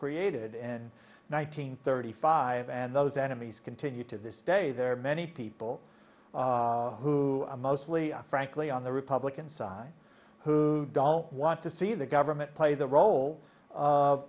created in one nine hundred thirty five and those enemies continue to this day there are many people who are mostly frankly on the republican side who don't want to see the government play the role of